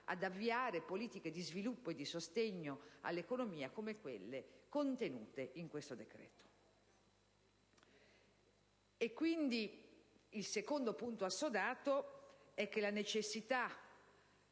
ad avviare politiche di sviluppo e di sostegno all'economia come quelle contenute in questo decreto. Un altro punto assodato è, che la necessità